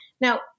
Now